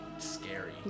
scary